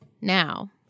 now